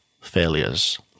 failures